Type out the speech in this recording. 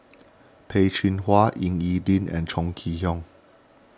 Peh Chin Hua Ying E Ding and Chong Kee Hiong